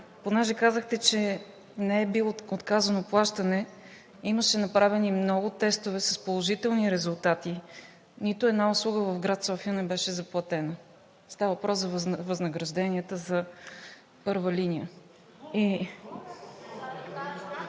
понеже казахте, че не е било отказано плащане, имаше направени много тестове с положителни резултати и нито една услуга в град София не беше заплатена. Става въпрос за възнагражденията за първа линия.